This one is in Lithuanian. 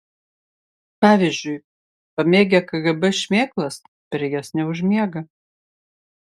pavyzdžiui pamėgę kgb šmėklas per jas neužmiega